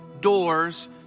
doors